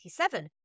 1987